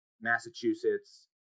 Massachusetts